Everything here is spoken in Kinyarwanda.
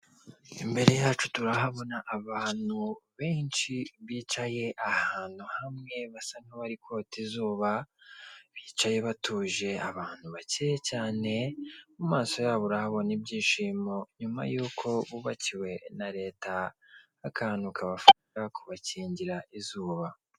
Imbere yacu turahabona abantu benshi bicaye ahantu hamwe, basa n'abari kota izuba, bicaye batuje. Abantu bake cyane, mu maso yabo urahabona ibyishimo, nyuma yuko bubakiwe na Leta, akantu kabafasha kubakingira izuba.